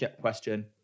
question